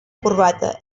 corbata